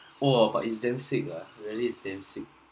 !wah! is damn sick lah really is damn sick